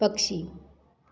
पक्षी